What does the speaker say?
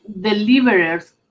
deliverers